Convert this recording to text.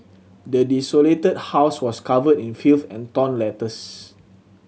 the desolated house was covered in filth and torn letters